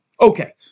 Okay